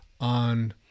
on